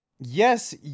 yes